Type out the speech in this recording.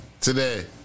today